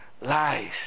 lies